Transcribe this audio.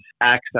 access